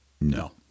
No